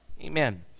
Amen